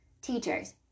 teachers